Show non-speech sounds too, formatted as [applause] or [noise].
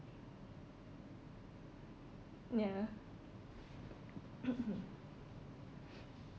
ya [coughs] [breath]